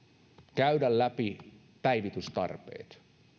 käydä läpi päivitystarpeet